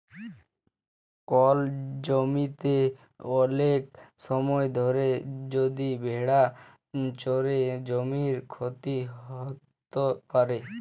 call জমিতে ওলেক সময় ধরে যদি ভেড়া চরে জমির ক্ষতি হ্যত প্যারে